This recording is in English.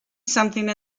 something